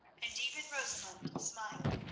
and even rosamund smiled.